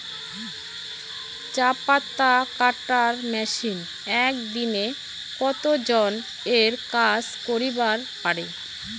চা পাতা কাটার মেশিন এক দিনে কতজন এর কাজ করিবার পারে?